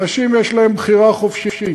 אנשים, יש להם בחירה חופשית.